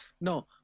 No